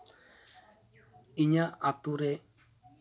ᱤᱧᱟᱹᱜ ᱟᱛᱳ ᱨᱮ